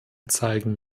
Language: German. zeigen